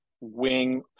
wing